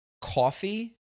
coffee